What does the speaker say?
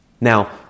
Now